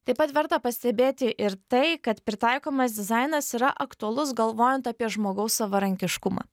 taip pat verta pastebėti ir tai kad pritaikomas dizainas yra aktualus galvojant apie žmogaus savarankiškumą